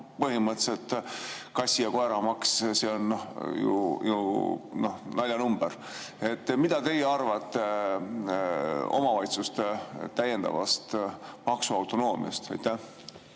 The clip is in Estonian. põhimõtteliselt veel kassi- ja koeramaks, mis aga on ju naljanumber. Mida teie arvate omavalitsuste täiendavast maksuautonoomiast?